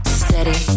steady